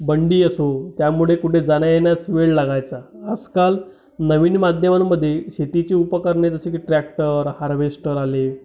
बंडी असो त्यामुडे कुठे जाण्यायेण्यास वेळ लागायचा आजकाल नवीन माध्यमांमध्ये शेतीची उपकरणे जसे की ट्रॅक्टर हार्वेस्टर आले